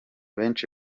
benshi